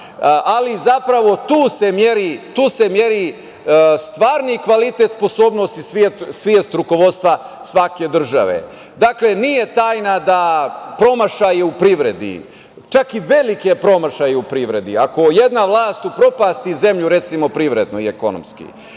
Zapravo, tu se meri stvarni kvalitet sposobnosti i svest rukovodstva svake države. Dakle, nije tajna da promašaje u privredi, čak i velike promašaje u privredi, ako jedna vlast upropasti zemlju privredno i ekonomski,